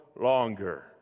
longer